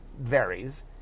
varies